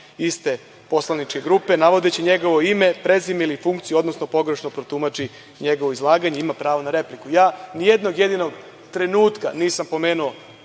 iste poslaničke grupe, navodeći njegovo ime, prezime ili funkciju, odnosno pogrešno protumači njegovo izlaganje ima pravo na repliku. Nijednog jedinog trenutka nisam pomenuo